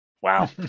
Wow